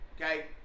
Okay